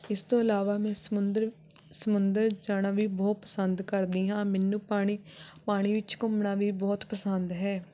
ਇਸ ਤੋਂ ਇਲਾਵਾ ਮੈਂ ਸਮੁੰਦਰ ਸਮੁੰਦਰ ਜਾਣਾ ਵੀ ਬਹੁਤ ਪਸੰਦ ਕਰਦੀ ਹਾਂ ਮੈਨੂੰ ਪਾਣੀ ਪਾਣੀ ਵਿੱਚ ਘੁੰਮਣਾ ਵੀ ਬਹੁਤ ਪਸੰਦ ਹੈ